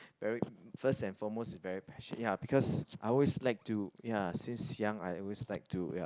very first and foremost is very passion ya because I always like to ya since young I always like to